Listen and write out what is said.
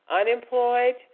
unemployed